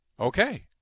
Okay